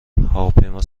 هواپیما